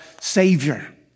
Savior